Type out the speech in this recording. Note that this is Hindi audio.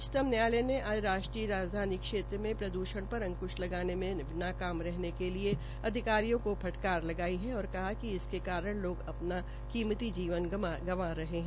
उच्चतम न्यायालय ने आज राष्ट्रीय राजधानी क्षेत्र में प्रद्षण पर अकुंश लगाने में नाकाम रहने के लिए अधिकारियो को फटकार लगाई है और कहा कि इसके कारण लोग अपनी कीमती जीवन गंवा रहे है